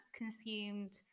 consumed